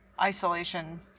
isolation